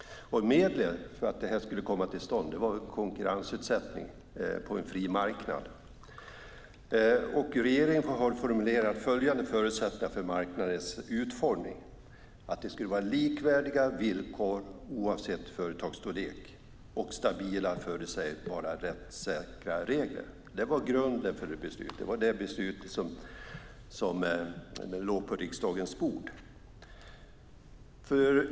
Medlet för att detta skulle komma till stånd var konkurrensutsättning på en fri marknad. Regeringen har formulerat följande förutsättningar för marknadens utformning: Det ska vara likvärdiga villkor oavsett företagsstorlek och stabila, förutsägbara och rättssäkra regler. Det var grunden för det beslut som låg på riksdagens bord.